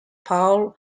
paul